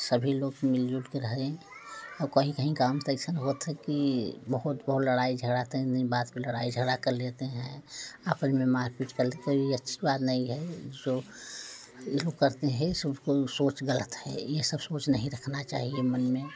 सभी लोग मिलजुल के रहें और कहीं कहीं गाँव तो अइसन होता है कि बहुत बहुत लड़ाई झगड़ा तनी तनी बात पर लड़ाई झगड़ा कर लेते हैं आपन में मार पीट कर लेते यह अच्छी बात नहीं है सो इ लोग करते हैं सो सोच गलत है यह सब सोच नहीं रखना चाहिए मन में